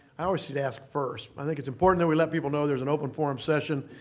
i always should ask first. i think it's important that we let people know there's an open forum session,